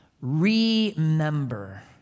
Remember